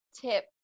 tip